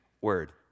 word